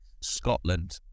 scotland